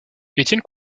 etienne